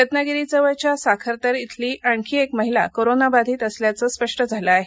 रत्नागिरीजवळच्या साखरतर इथली आणखी क महिला करोनाबाधित असल्याचं स्पष्ट झालं आहे